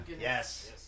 Yes